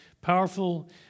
powerful